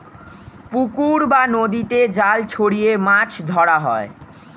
পুকুর বা নদীতে জাল ছড়িয়ে মাছ ধরা হয়